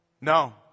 No